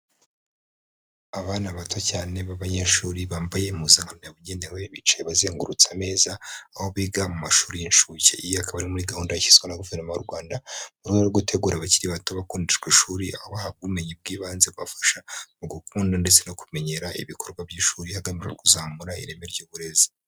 Abana bato cyane b'abanyeshuri bambaye impuzankano yabugenewe, bicaye bazengurutse ameza, aho biga mu mashuri y'inshuke. Iyi akaba ari muri gahunda yashyizweho na Guverinoma y'u Rwanda mu rwego rwo gutegura abakiri bato bakundishwa ishuri, aho bahabwa ubumenyi bw'ibanze bafasha mu gukunda ndetse no kumenyera ibikorwa by'ishuri hagamijwe kuzamura ireme ry'uburezi.